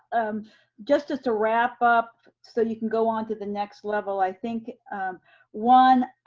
um just as a wrap up so you can go on to the next level, i think one,